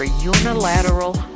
unilateral